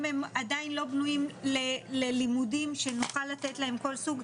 הם עדיין לא בנויים ללימודים שנוכל לתת להם כל סוג,